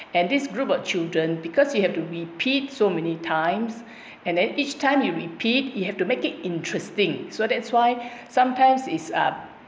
and this group of children because you have to repeat so many times and then each time you repeat you have to make it interesting so that's why sometimes is up